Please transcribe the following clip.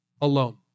alone